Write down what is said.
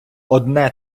одне